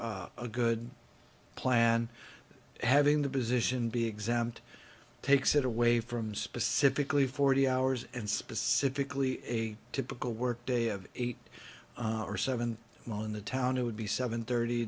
a good plan having the position be exempt takes it away from specifically forty hours and specifically a typical work day of eight or seven while in the town it would be seven thirty